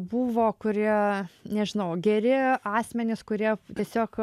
buvo kurie nežinau geri asmenys kurie tiesiog